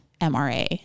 MRA